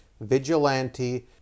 vigilante